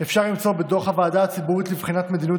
אפשר למצוא בדוח הוועדה הציבורית לבחינת מדיניות